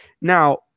Now